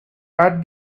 pat